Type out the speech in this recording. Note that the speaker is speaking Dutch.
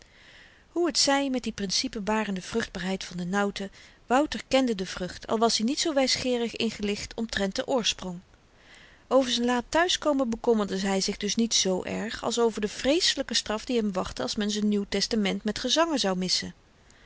hoe t zy met die principe barende vruchtbaarheid van de nauwte wouter kende de vrucht al was-i niet zoo wysgeerig ingelicht omtrent den oorsprong over z'n laat thuiskomen bekommerde hy zich dus niet z erg als over de vreeselyke straf die hem wachtte als men z'n nieuw testament met gezangen zou missen